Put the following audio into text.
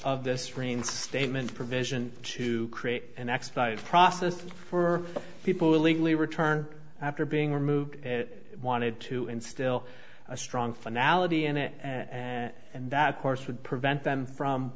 of this rain statement provision to create an expedited process for people who illegally return after being removed it wanted to instill a strong finality in it and that course would prevent them from